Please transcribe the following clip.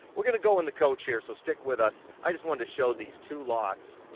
we're gonna go in the coach here, so stick with us. i just wanted to show these two lots.